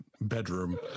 bedroom